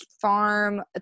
farm